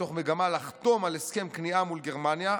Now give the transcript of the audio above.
מתוך מגמה לחתום על הסכם כניעה מול גרמניה,